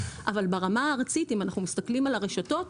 אבל ברמה הארצית אם אנחנו מסתכלים על הרשתות,